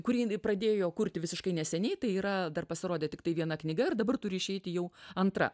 kurį pradėjo kurti visiškai neseniai tai yra dar pasirodė tiktai viena knyga ir dabar turi išeiti jau antra